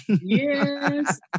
Yes